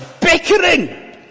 bickering